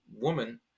woman